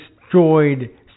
destroyed